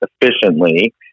efficiently